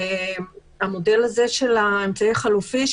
המודל הזה של האמצעי החלופי,